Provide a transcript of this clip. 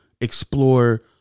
explore